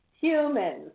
humans